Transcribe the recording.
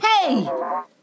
Hey